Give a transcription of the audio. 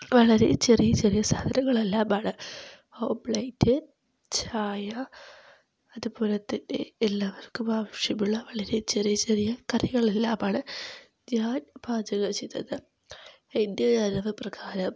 വളരെ ചെറിയ ചെറിയ സാധനങ്ങളെല്ലാമാണ് ഓംലേറ്റ് ചായ അതുപോലെത്തന്നെ എല്ലാവർക്കും ആവശ്യമുള്ള വളരെ ചെറിയ ചെറിയ കറികളെല്ലാമാണ് ഞാൻ പാചകം ചെയ്തത് എൻ്റെ അളവ് പ്രകാരം